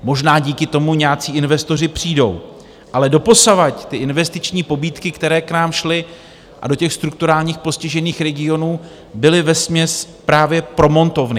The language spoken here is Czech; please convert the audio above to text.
Možná díky tomu nějací investoři přijdou, ale doposavad ty investiční pobídky, které k nám šly, a do těch strukturálních postižených regionů, byly vesměs právě pro montovny.